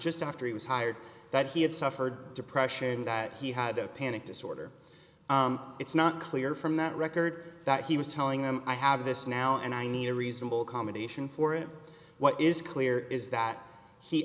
just after he was hired that he had suffered depression and that he had a panic disorder it's not clear from that record that he was telling him i have this now and i need a reasonable accommodation for it what is clear is that he